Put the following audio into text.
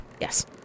Yes